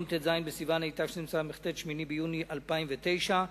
ביום ט"ז בסיוון התשס"ט, 8 ביוני 2009,